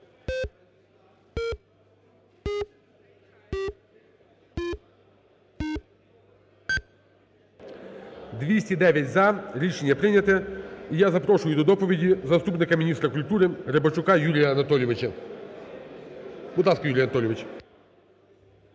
За-209 Рішення прийняте. І я запрошую до доповіді заступника міністра культури Рибачука Юрія Анатолійовича. Будь ласка, Юрій Анатолійович.